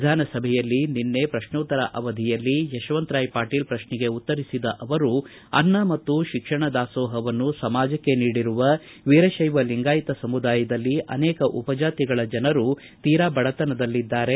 ವಿಧಾನಸಭೆಯಲ್ಲಿ ನಿನ್ನೆ ಪ್ರಶ್ನೋತ್ತರ ಅವಧಿಯಲ್ಲಿ ಯಶವಂತರಾಯ ಪಾಟೀಲ್ ಪ್ರಶ್ನೆಗೆ ಉತ್ತರಿಸಿದ ಅವರು ಅನ್ನ ಮತ್ತು ಶಿಕ್ಷಣ ದಾಸೋಹವನ್ನು ಸಮಾಜಕ್ಕೆ ನೀಡಿರುವ ವೀರಶೈವ ಲಿಂಗಾಯತ ಸಮುದಾಯದಲ್ಲಿ ಅನೇಕ ಉಪ ಜಾತಿಗಳ ಜನರು ತೀರಾ ಬಡತನದಲ್ಲಿದ್ದಾರೆ